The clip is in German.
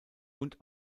und